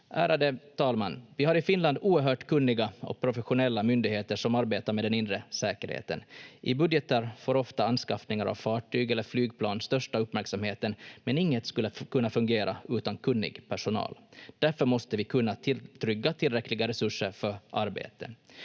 Ärade talman! Vi har i Finland oerhört kunniga och professionella myndigheter som arbetar med den inre säkerheten. I budgetar får ofta anskaffningar av fartyg eller flygplan den största uppmärksamheten, men inget skulle fungera utan kunnig personal. Därför måste vi kunna trygga tillräckliga resurser för arbete.